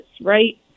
right